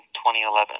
2011